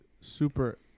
super